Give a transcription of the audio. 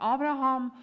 Abraham